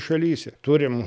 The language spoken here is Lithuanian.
šalyse turim